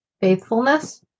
Faithfulness